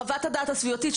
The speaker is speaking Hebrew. חוות הדעת הסביבתית,